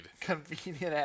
Convenient